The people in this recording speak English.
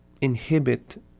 inhibit